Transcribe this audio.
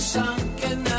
sunken